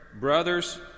Brothers